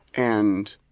and,